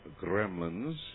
gremlins